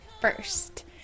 first